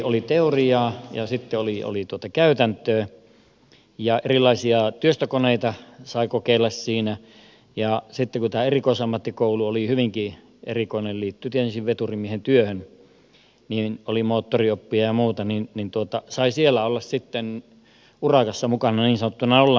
oli teoriaa ja sitten oli käytäntöä ja erilaisia työstökoneita sai kokeilla siinä ja kun tämä erikoisammattikoulu oli hyvinkin erikoinen liittyi tietysti veturimiehen työhön oli moottorioppia ja muuta niin sai siellä olla sitten urakassa mukana niin sanottuna nollamiehenä